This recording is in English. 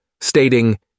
stating